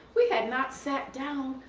we had not sat down.